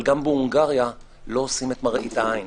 אבל גם בהונגריה לא עושים את מראית העין.